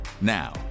Now